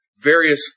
various